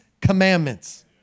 commandments